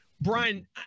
Brian